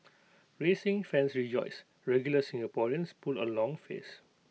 racing fans rejoice regular Singaporeans pull A long face